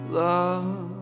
love